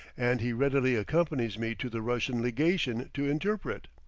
and he readily accompanies me to the russian legation to interpret.